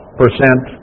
percent